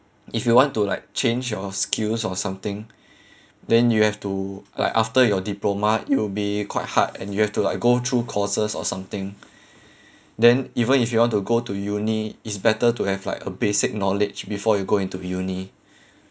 if you want to like change your skills or something then you have to like after your diploma it'll be quite hard and you have to like go through courses or something then even if you want to go to uni it's better to have like a basic knowledge before you go into uni